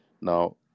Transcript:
Now